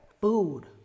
food